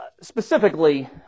specifically